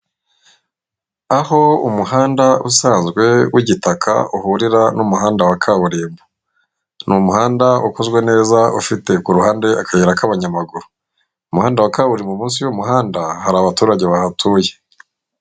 Aho umuhanda usanzwe w'igitaka uhurira n'umuhanda wa kaburimbo, ni umuhanda ukozwe neza ufite ku ruhande akayira k'abanyamaguru, umuhanda wa kaburimbo munsi y'umuhanda hari abaturage bahatuye.